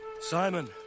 Simon